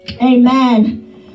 Amen